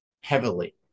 heavily